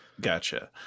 Gotcha